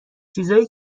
چیزهایی